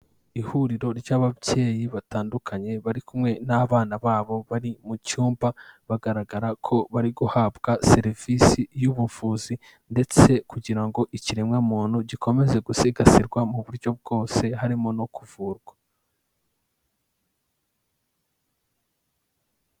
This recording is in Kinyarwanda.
Ihuriro ry'ababyeyi batandukanye bari kumwe n'abana babo bari mu cyumba bagaragara ko bari guhabwa serivisi y'ubuvuzi, ndetse kugira ngo ikiremwamuntu gikomeze gusigasirwa mu buryo bwose harimo no kuvurwa.